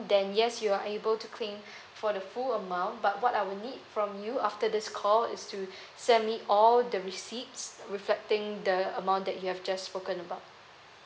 then yes you are able to claim for the full amount but what I will need from you after this call is to send me all the receipts reflecting the amount that you have just spoken about